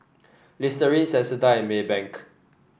Listerine Sensodyne and Maybank